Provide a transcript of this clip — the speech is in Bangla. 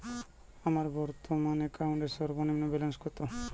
আমার বর্তমান অ্যাকাউন্টের সর্বনিম্ন ব্যালেন্স কত?